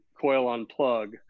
coil-on-plug